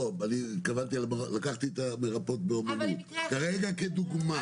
לא, אני לקחתי את המרפאות באומנות, כרגע כדוגמה.